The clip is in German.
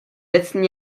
letzten